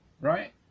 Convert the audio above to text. right